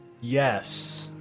Yes